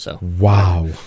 Wow